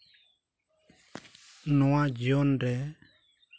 ᱱᱚᱣᱟ ᱡᱤᱭᱚᱱ ᱨᱮ